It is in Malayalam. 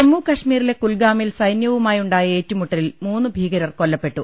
ജമ്മു കശ്മീരിലെ കുൽഗാമിൽ സൈന്യവുമായുണ്ടായ ഏറ്റുമുട്ടലിൽ മൂന്ന് ഭീകരർ കൊല്ലപ്പെട്ടു